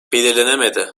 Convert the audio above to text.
belirlenemedi